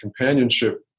companionship